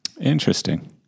Interesting